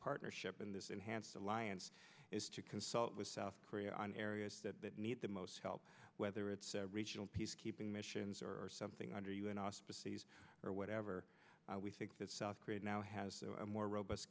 partnership in this enhanced alliance is to consult with south korea on areas that need the most help whether it's regional peacekeeping missions or something under u n auspices or whatever we think that south korea now has a more robust